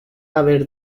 haver